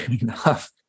enough